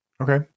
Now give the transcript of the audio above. okay